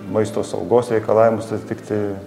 maisto saugos reikalavimus atitikti